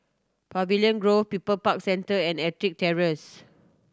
Pavilion Grove People Park Centre and Ettrick Terrace